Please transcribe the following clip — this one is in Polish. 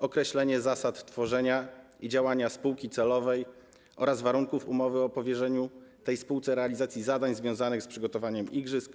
Określenie zasad tworzenia i działania spółki celowej oraz warunków umowy o powierzeniu tej spółce realizacji zadań związanych z przygotowaniem igrzysk.